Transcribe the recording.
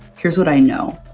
here's what i know,